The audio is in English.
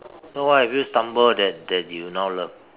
no what have you stumbled that that you now love